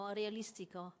realistico